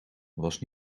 was